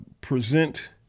present